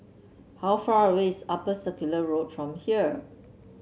how far away is Upper Circular Road from here